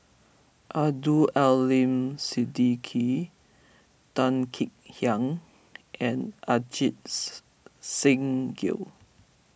Abdul Aleem Siddique Tan Kek Hiang and Ajits Singh Gill